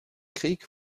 krieg